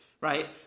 right